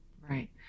right